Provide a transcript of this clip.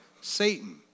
Satan